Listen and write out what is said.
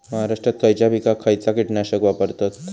महाराष्ट्रात खयच्या पिकाक खयचा कीटकनाशक वापरतत?